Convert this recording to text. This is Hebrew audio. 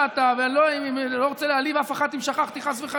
אבל כשאדם רוצה לדעת אם הוא אדם טוב או לא,